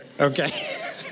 Okay